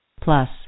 plus